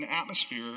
atmosphere